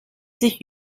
sich